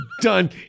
Done